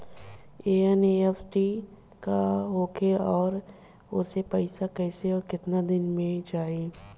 NEFT का होखेला और ओसे पैसा कैसे आउर केतना दिन मे जायी?